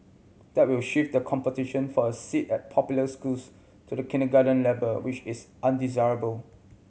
that will shift the competition for a seat at popular schools to the kindergarten level which is undesirable